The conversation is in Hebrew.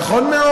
נכון מאוד.